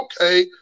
Okay